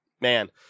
man